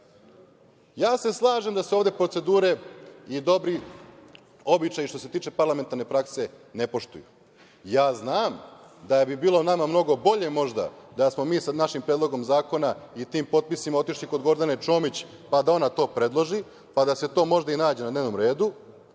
mi? Ja se slažem da se ovde procedure i dobri običaji, što se tiče parlamentarne prakse, ne poštuju. Ja znam da bi bilo mnogo bolje možda da smo mi sa našim predlogom zakona i tim potpisima otišli kod Gordane Čomić, pa da ona to predloži, pa da se to možda i nađe na dnevnom redu,